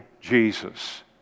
Jesus